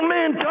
Man